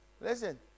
Listen